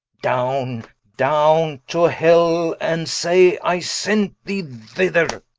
downe, downe to hell, and say i sent thee thither.